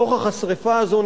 נוכח השרפה הזאת,